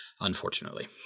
unfortunately